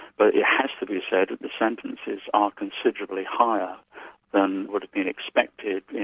but it has to be said that the sentences are considerably higher than would've been expected, yeah